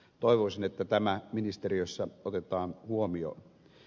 toivoisin että tämä ministeriössä otetaan huomioon